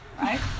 right